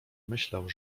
myślał